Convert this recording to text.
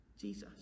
Jesus